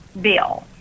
bill